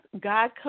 God